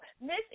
Miss